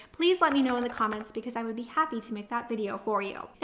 please let me know in the comments because i would be happy to make that video for you. and